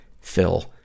Phil